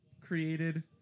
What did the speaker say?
created